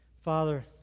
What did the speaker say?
Father